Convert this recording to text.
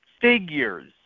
figures